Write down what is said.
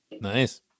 Nice